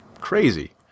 crazy